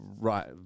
right